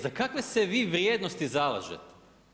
Za kakve se vi vrijednosti zalažete?